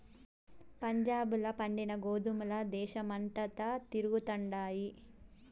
పంజాబ్ ల పండిన గోధుమల దేశమంతటా తిరుగుతండాయి